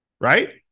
right